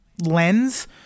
lens